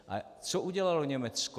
A co udělalo Německo?